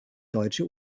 deutsche